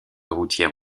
routière